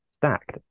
stacked